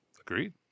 Agreed